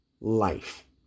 life